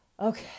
Okay